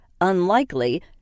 unlikely